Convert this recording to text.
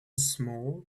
small